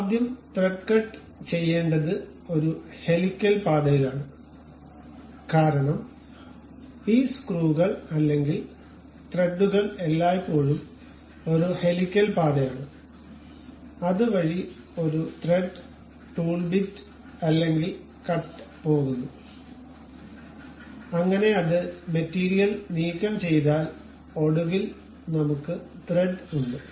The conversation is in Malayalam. ആദ്യം ത്രെഡ് കട്ട് ചെയ്യേണ്ടത് ഒരു ഹെലിക്കൽ പാതയിലാണ് കാരണം ഈ സ്ക്രൂകൾ അല്ലെങ്കിൽ ത്രെഡുകൾ എല്ലായ്പ്പോഴും ഒരു ഹെലിക്കൽ പാതയാണ് അത് വഴി ഒരു ത്രെഡ് ടൂൾ ബിറ്റ് അല്ലെങ്കിൽ കട്ട് പോകുന്നു അങ്ങനെ അത് മെറ്റീരിയൽ നീക്കം ചെയ്താൽ ഒടുവിൽ നമ്മുക്ക് ത്രെഡ് ഉണ്ട്